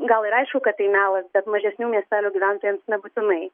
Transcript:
gal ir aišku kad tai melas bet mažesnių miestelių gyventojams nebūtinai